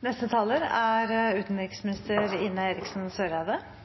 Åpenhet om regelutvikling og muligheten for å påvirke den er